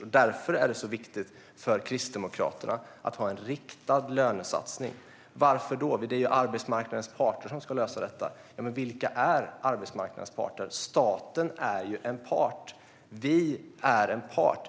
Det är därför det är så viktigt för Kristdemokraterna att ha en riktad lönesatsning. Varför det? Det är ju arbetsmarknadens parter som ska lösa detta. Ja, men vilka är arbetsmarknadens parter? Staten är en part. Vi är en part.